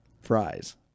Fries